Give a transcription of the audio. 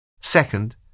Second